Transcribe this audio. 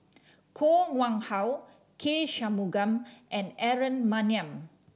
Koh Nguang How K Shanmugam and Aaron Maniam